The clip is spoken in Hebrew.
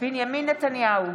בנימין נתניהו,